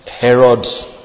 Herod's